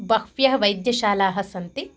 बह्व्यः वैद्यशालाः सन्ति